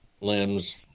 limbs